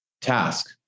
task